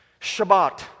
Shabbat